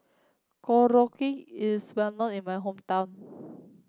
Korokke is well known in my hometown